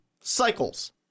Cycles